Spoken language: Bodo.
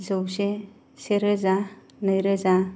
जौसे से रोजा नै रोजा